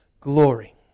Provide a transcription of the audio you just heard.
glory